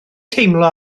teimlo